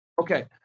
Okay